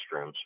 restrooms